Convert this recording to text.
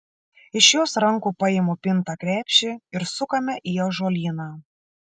iš jos rankų paimu pintą krepšį ir sukame į ąžuolyną